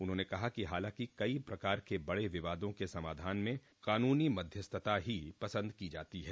उन्होंने कहा कि हालांकि कई प्रकार के बड़े विवादों के समाधान में कानूनी मध्यस्थता ही पसंद की जाती है